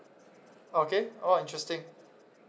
okay oh interesting